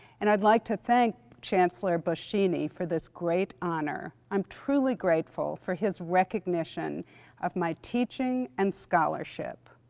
and i'd like to thank chancellor boschini for this great honor. i'm truly grateful for his recognition of my teaching and scholarship.